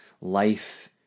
Life